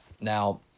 Now